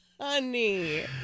Honey